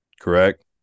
correct